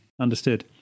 understood